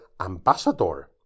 Ambassador